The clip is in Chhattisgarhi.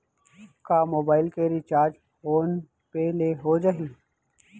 का मोबाइल के रिचार्ज फोन पे ले हो जाही?